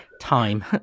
time